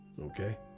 Okay